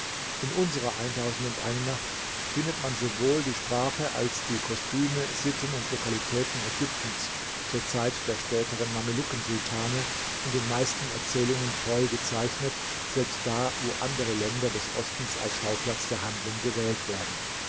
in unserer nacht findet man sowohl die sprache als die kostüme sitten und lokalitäten ägyptens zur zeit der späteren mameluckensultane in den meisten erzählungen treu gezeichnet selbst da wo andere länder des ostens als schauplatz der handlung gewählt werden